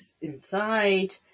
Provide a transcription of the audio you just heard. inside